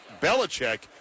Belichick